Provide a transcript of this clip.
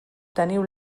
teniu